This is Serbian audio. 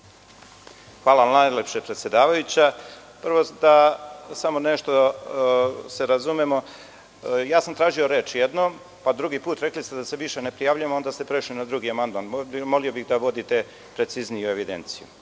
Hvala najlepše predsedavajuća. Samo nešto da se razumemo, tražio sam reč jednom, pa drugi put. Rekli ste da se više ne prijavljujem, a onda ste prešli na drugi amandman. Molio bih vas da vodite precizniju evidenciju.